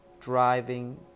driving